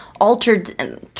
altered